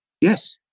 Yes